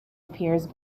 appears